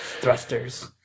Thrusters